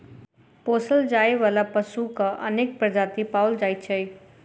पोसल जाय बला पशुक अनेक प्रजाति पाओल जाइत छै